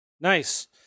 nice